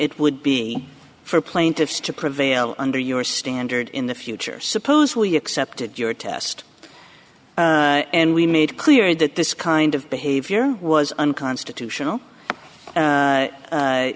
it would be for plaintiffs to prevail under your standard in the future suppose we accepted your test and we made clear that this kind of behavior was unconstitutional